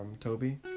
Toby